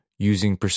using